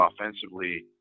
offensively